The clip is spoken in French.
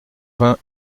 vingt